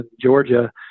Georgia